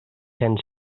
cents